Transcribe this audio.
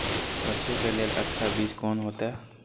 सरसों के लेल अच्छा बीज कोन होते?